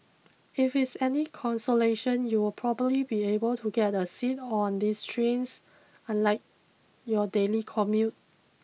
if it's any consolation you'll probably be able to get a seat on these trains unlike your daily commute